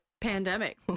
pandemic